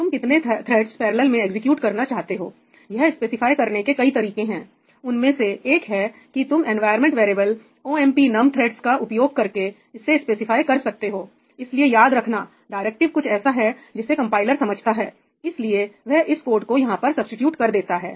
तुम कितने threads parallel में एग्जीक्यूट करना चाहते हो यह स्पेसिफाई करने के कई तरीके हैं उनमें से एक है कि तुम environment variable OMP NUM THREADS का उपयोग करके इसे स्पेसिफाई कर सकते हो इसलिए याद रखना डायरेक्टिव कुछ ऐसा है जिसे कंपाइलर समझता है इसलिए वह इस कोड को यहां पर सब्सीट्यूट कर देता है